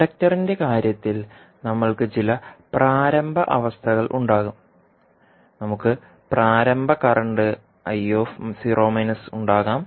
ഇൻഡക്റ്ററിന്റെ കാര്യത്തിൽ നമുക്ക് ചില പ്രാരംഭ അവസ്ഥകൾ ഉണ്ടാകും നമുക്ക് പ്രാരംഭ കറന്റ് ഉണ്ടാകാം